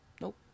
Nope